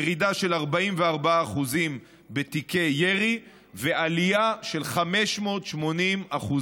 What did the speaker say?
ירידה של 44% בתיקים ירי ועלייה של 580%